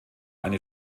eine